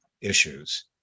issues